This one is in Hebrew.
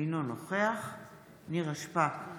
אינו נוכח נירה שפק,